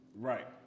Right